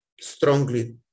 strongly